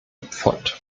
pfund